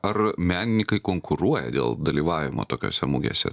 ar menininkai konkuruoja dėl dalyvavimo tokiose mugėse